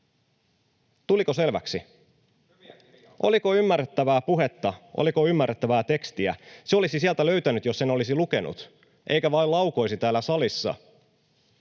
Hyviä kirjauksia!] Oliko ymmärrettävää puhetta, oliko ymmärrettävää tekstiä? Se olisi sieltä löytynyt, jos sen olisi lukenut eikä vain laukoisi täällä salissa.